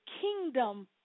kingdom